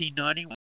1891